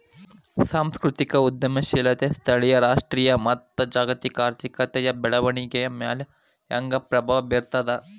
ಸಾಂಸ್ಕೃತಿಕ ಉದ್ಯಮಶೇಲತೆ ಸ್ಥಳೇಯ ರಾಷ್ಟ್ರೇಯ ಮತ್ತ ಜಾಗತಿಕ ಆರ್ಥಿಕತೆಯ ಬೆಳವಣಿಗೆಯ ಮ್ಯಾಲೆ ಹೆಂಗ ಪ್ರಭಾವ ಬೇರ್ತದ